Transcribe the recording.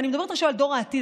ואני מדברת עכשיו על דור העתיד,